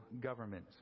government